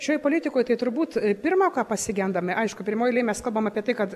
šioj politikoj tai turbūt pirma ką pasigendame aišku pirmoj eilėj mes kalbam apie tai kad